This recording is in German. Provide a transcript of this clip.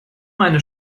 meine